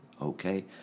okay